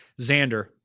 Xander